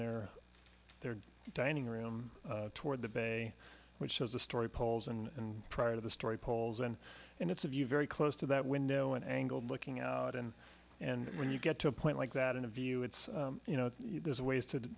their their dining room toward the bay which has the story poles and pride of the story poles and and it's a view very close to that window and angled looking out and and when you get to a point like that in a view it's you know there's a ways to